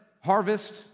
harvest